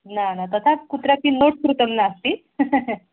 न न तथा कुत्रापि नोट्स् कृतं नास्ति